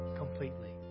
completely